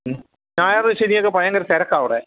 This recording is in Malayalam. ഞായർ ശനിയൊക്കെ ഭയങ്കര തിരക്കാണ് അവിടെ